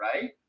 right